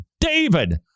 David